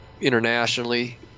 internationally